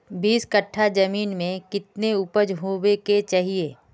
बीस कट्ठा जमीन में कितने उपज होबे के चाहिए?